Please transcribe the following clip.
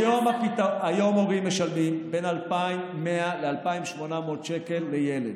היום ההורים משלמים בין 2,100 ל-2,800 שקל לילד.